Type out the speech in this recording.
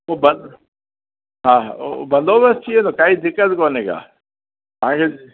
हू बंद हा हा बंदोबस्तु थी वेंदो काई दिक़त कोन्हे का